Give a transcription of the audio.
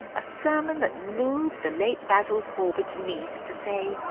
a sermon that moved the late basil corbett's niece to say,